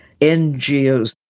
NGOs